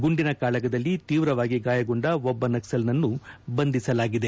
ಗುಂಡಿನ ಕಾಳಗದಲ್ಲಿ ತೀವ್ರವಾಗಿ ಗಾಯಗೊಂಡ ಒಬ್ಬ ನಕ್ಲಲ್ನನ್ನು ಬಂಧಿಸಲಾಗಿದೆ